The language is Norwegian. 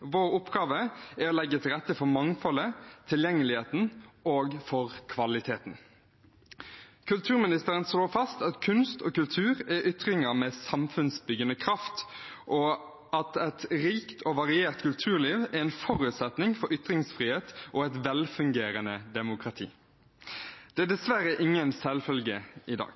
Vår oppgave er å legge til rette for mangfoldet, tilgjengeligheten og kvaliteten. Kulturministeren slår fast at kunst og kultur er ytringer med samfunnsbyggende kraft, og at et rikt og variert kulturliv er en forutsetning for ytringsfrihet og et velfungerende demokrati. Det er dessverre ingen selvfølge i dag.